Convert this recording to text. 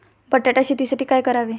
बटाटा शेतीसाठी काय करावे?